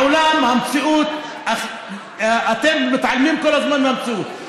העולם, המציאות, אתם מתעלמים כל הזמן מהמציאות.